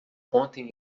ontem